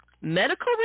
Medical